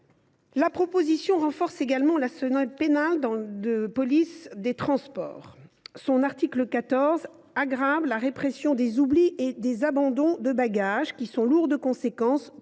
La proposition de loi renforce également l’arsenal pénal de la police des transports. L’article 14 aggrave la répression des oublis et abandons de bagages, qui sont lourds de conséquences